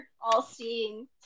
all-seeing